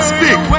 Speak